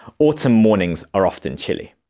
autumn mornings are often chilly.